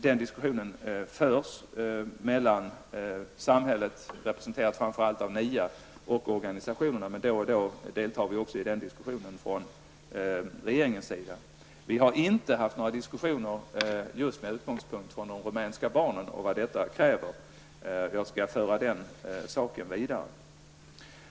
Den diskussionen förs mellan samhället, representerat framför allt av NIA, och organisationerna, men då och då deltar vi i den diskussionen också från regeringens sida. Vi har inte fört några diskussioner med utgångspunkt i de rumänska barnen och de åtgärder som krävs för dem. Jag skall föra den saken vidare.